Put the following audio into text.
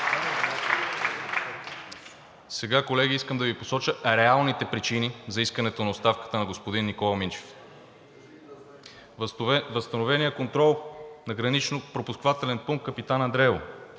Сега, колеги, искам да Ви посоча реалните причини за искането на оставката на господин Никола Минчев: възстановеният контрол на Гранично-пропускателен пункт „Капитан Андреево“